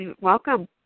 Welcome